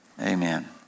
Amen